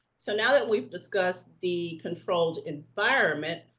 so now that we've discussed the controlled environment,